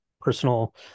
personal